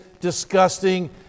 disgusting